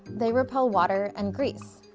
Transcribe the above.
they repel water and grease.